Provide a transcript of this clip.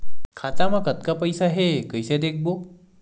खाता मा कतका पईसा हे कइसे देखबो?